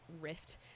rift